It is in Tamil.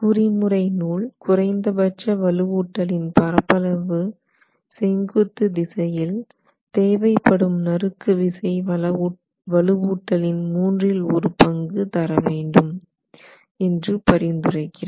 குறிமுறை நூல் குறைந்தபட்ச வலுவூட்டலின் பரப்பளவு செங்குத்து திசையில் தேவை படும் நறுக்கு விசை வலுவூட்டலின் மூன்றில் ஒரு பங்கு தர வேண்டும் என்று பரிந்துரைக்கிறது